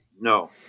No